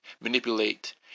manipulate